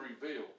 reveal